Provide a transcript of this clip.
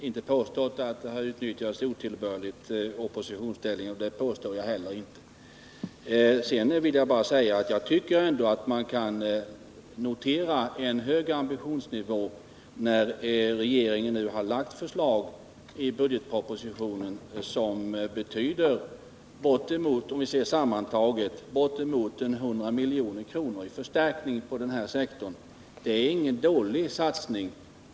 Herr talman! Jag har inte påstått att socialdemokraterna otillbörligt har utnyttjat oppositionsställningen, och det påstår jag inte heller nu. Jag tycker att vi kan notera en hög ambitionsnivå, när regeringen nu i budgetpropositionen har lagt fram förslag som, om vi ser dem sammantagna, betyder bortemot 100 milj.kr. i förstärkning på denna sektor. Det är ingen dålig satsning.